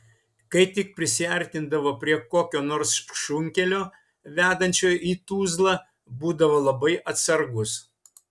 kai tik prisiartindavo prie kokio nors šunkelio vedančio į tuzlą būdavo labai atsargūs